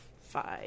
five